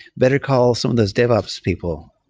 better call some of those dev ops people.